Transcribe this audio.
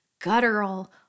guttural